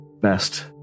best